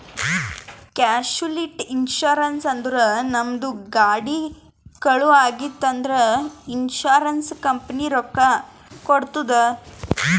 casualty insurance ಅಂದುರ್ ನಮ್ದು ಗಾಡಿ ಕಳು ಆಗಿತ್ತ್ ಅಂದ್ರ ಇನ್ಸೂರೆನ್ಸ್ ಕಂಪನಿ ರೊಕ್ಕಾ ಕೊಡ್ತುದ್